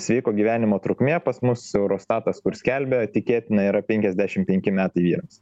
sveiko gyvenimo trukmė pas mus eurostatas kur skelbia tikėtina yra penkiasdešim penki metai vyrams